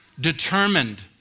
Determined